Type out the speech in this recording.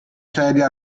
sedia